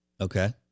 Okay